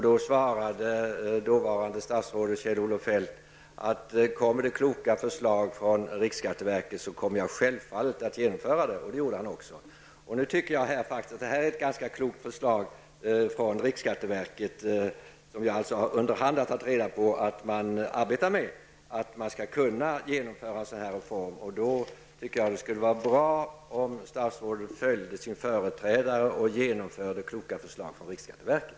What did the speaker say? Då svarade dåvarande statsrådet Kjell-Olof Feldt att om riksskatteverket skulle lägga fram kloka förslag skulle han självfallet genomföra dem. Och det gjorde han också. Jag tycker att detta är ett ganska klokt förslag från riksskatteverket och som vi under hand har tagit reda på att man arbetar med och som innebär att man skall kunna genomföra en sådan reform. Då tycker jag att det skulle vara bra om statsrådet följde sin företrädare och genomförde kloka förslag från riksskatteverket.